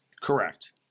Correct